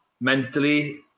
mentally